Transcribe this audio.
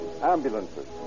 ambulances